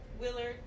Willard